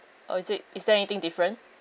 or is it is there anything different